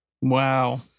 Wow